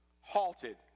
halted